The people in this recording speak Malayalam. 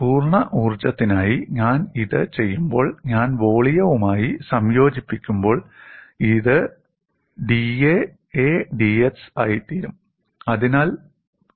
പൂർണ്ണ ഊർജ്ജത്തിനായി ഞാൻ ഇത് ചെയ്യുമ്പോൾ ഞാൻ വോളിയവുമായി സംയോജിപ്പിക്കുമ്പോൾ ഈ 'dA' A dx ആയിത്തീരും